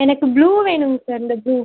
எனக்கு ப்ளூ வேணுங்க சார் இந்த ப்ளூ